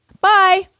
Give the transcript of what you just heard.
Bye